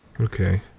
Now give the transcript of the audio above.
Okay